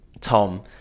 tom